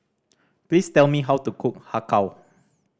please tell me how to cook Har Kow